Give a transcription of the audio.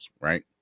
right